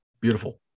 Beautiful